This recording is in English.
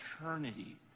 eternity